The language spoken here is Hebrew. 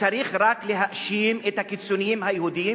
צריך רק להאשים את הקיצוניים היהודים